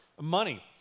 money